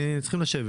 נשב,